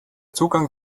zugang